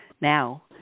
now